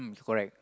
is correct